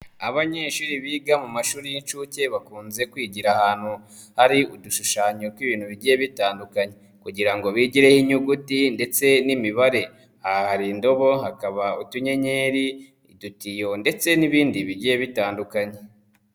Abanyeshuri biga mu mashuri y'inshuke bakunze kwigira ahantu hari udushushanyo tw'ibintu bigiye bitandukanye kugira ngo bigireho inyuguti ndetse n'imibare, aha hari indobo hakaba utunyenyeri, udutiyo ndetse n'ibindi bigiye bitandukanye.